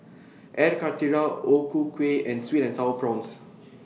Air Karthira O Ku Kueh and Sweet and Sour Prawns